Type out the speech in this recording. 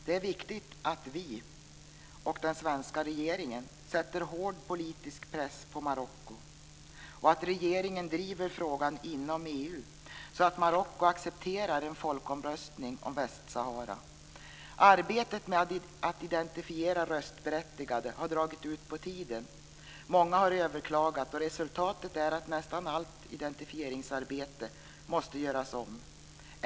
Det är viktigt att vi och den svenska regeringen sätter hård politisk press på Marocko och att regeringen driver frågan inom EU, så att Marocko accepterar en folkomröstning om Västsahara. Arbetet med att identifiera röstberättigade har dragit ut på tiden. Många har överklagat, och resultatet är att nästan allt identifieringsarbete måste göras om.